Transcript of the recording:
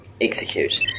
execute